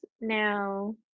now